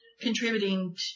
contributing